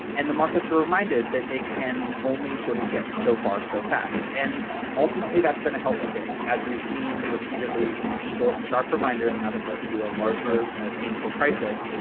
and the markets are reminded that they can only sort of get so far so fast. and ultimately, that's been a healthy thing. as we've seen repeatedly, these sharp sharp reminders haven't led to a larger, more painful crisis,